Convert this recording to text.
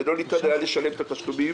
ולא ניתן היה לשלם את התשלומים